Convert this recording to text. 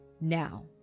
Now